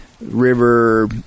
River